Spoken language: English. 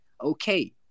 okay